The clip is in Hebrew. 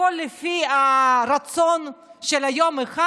הכול לפי הרצון של יום אחד,